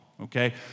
Okay